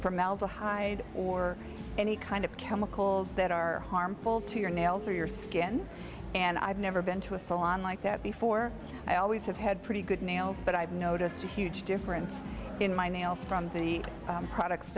formaldehyde or any kind of chemicals that are harmful to your nails or your skin and i've never been to a salon like that before i always have had pretty good nails but i've noticed a huge difference in my nails from the products